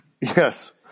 Yes